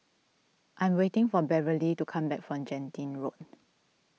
I am waiting for Beverly to come back from Genting Road